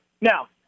Now